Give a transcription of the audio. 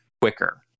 quicker